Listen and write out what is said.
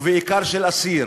ובעיקר של אסיר.